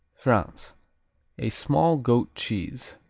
france a small goat cheese.